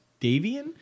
Davian